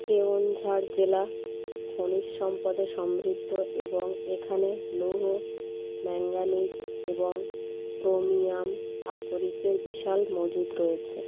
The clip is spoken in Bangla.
কেওনঝড় জেলা খনিজ সম্পদে সমৃদ্ধ এবং এখানে লৌহ ম্যাঙ্গানিজ এবং ক্রোমিয়াম আকরিকের বিশাল মজুত রয়েছে